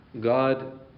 God